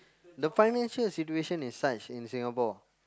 the financial situation is such in Singapore